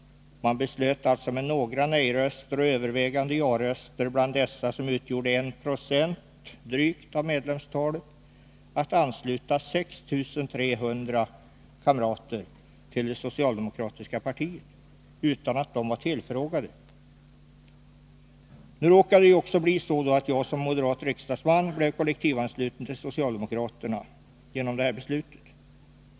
Man beslöt alltså med några nej-röster och övervägande ja-röster bland dessa som utgjorde drygt 196 av medlemstalet att ansluta 6 300 kamrater till det socialdemokratiska partiet utan att de var tillfrågade. Nu råkade det ju också bli så att jag som moderat riksdagsman blev kollektivansluten till socialdemokraterna genom det här beslutet.